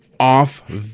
Off